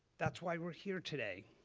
that's why we're here today.